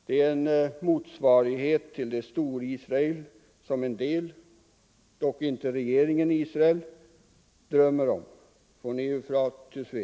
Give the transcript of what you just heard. Det är en motsvarighet till det Storisrael som en del — dock inte regeringen i Israel — drömmer om -— från Eufrat till Suez.